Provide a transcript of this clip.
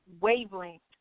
wavelength